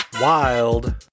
wild